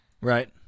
Right